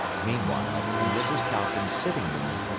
meanwhile, in mrs. calkins's sitting-room,